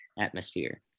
atmosphere